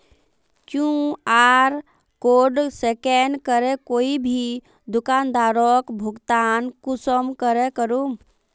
QR code scan करे कोई भी दुकानदारोक भुगतान कुंसम करे करूम?